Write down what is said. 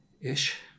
ish